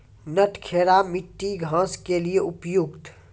नटखेरा मिट्टी घास के लिए उपयुक्त?